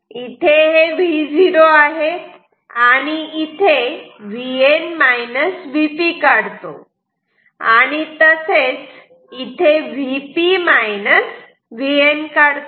इथे हे Vo आहे आणि इथे Vn Vp काढतो आणि तसेच इथे Vp Vn काढतो